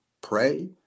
pray